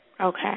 Okay